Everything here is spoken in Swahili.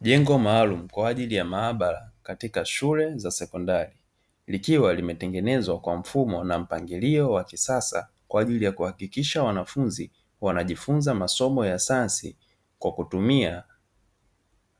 Jengo maalum kwa ajili ya maabara katika shule za sekondari, likiwa limetengenezwa kwa mfumo na mpangilio wa kisasa kwa ajili ya kuhakikisha wanafunzi wanajifunza masomo ya sayansi kwa kutumia